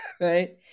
Right